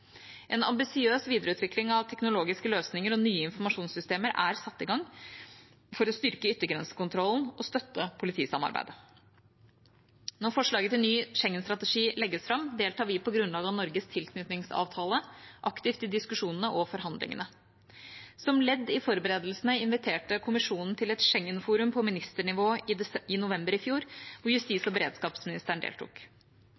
En ambisiøs videreutvikling av teknologiske løsninger og nye informasjonssystemer er satt i gang for å styrke yttergrensekontrollen og støtte politisamarbeidet. Når forslaget til ny Schengen-strategi legges fram, deltar vi på grunnlag av Norges tilknytningsavtale aktivt i diskusjonene og forhandlingene. Som ledd i forberedelsene inviterte Kommisjonen til et Schengen-forum på ministernivå i november i fjor, hvor